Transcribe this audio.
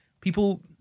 people